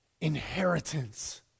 inheritance